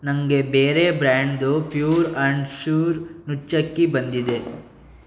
ನನಗೆ ಬೇರೆ ಬ್ರ್ಯಾಂಡ್ದು ಪ್ಯೂರ್ ಅಂಡ್ ಶ್ಯೂರ್ ನುಚ್ಚಕ್ಕಿ ಬಂದಿದೆ